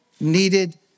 needed